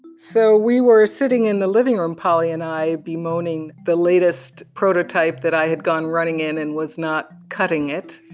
so we were sitting in the living room, polly and i bemoaning the latest prototype that i had gone running in and was not cutting it.